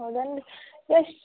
ಹೌದೇನು ಎಷ್ಟು